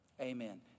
Amen